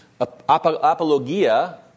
apologia